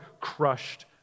crushed